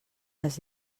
les